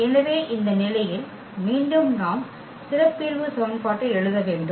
எனவே இந்த நிலையில் மீண்டும் நாம் சிறப்பியல்பு சமன்பாட்டை எழுத வேண்டும்